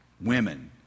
women